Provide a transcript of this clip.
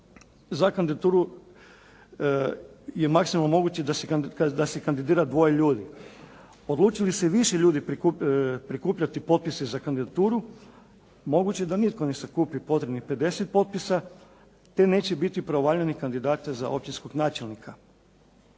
za kandidaturu i maksimalno moguće da se kandidira dvoje ljudi. Odluči li se više ljudi prikupljati potpise za kandidaturu, moguće je da nitko ne sakupi potrebnih 50 potpisa, te neće biti pravovaljanih kandidata za općinskog načelnika.